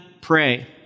pray